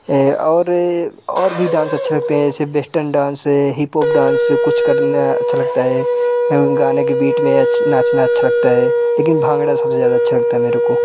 और और भी डांस अच्छे लगते हैं जैसे वेस्टर्न डांस है हिप हॉप डांस कुछ करना अच्छा लगता है गाने की बीट पे नाचना अच्छा लगता है लेकिन भांगड़ा सबसे ज़्यादा अच्छा लगता है मेरे को